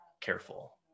careful